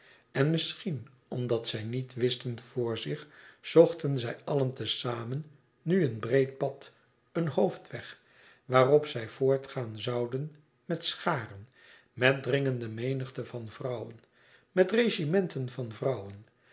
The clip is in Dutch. en misschien omdat zij niet wisten voor zich zochten zij allen te zamen nu een breed pad een hoofdweg waarop zij voortgaan zouden met scharen met dringende menigte van vrouwen met regimenten van vrouwen